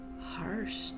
harsh